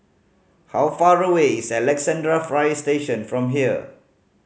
how far away is Alexandra Fire Station from here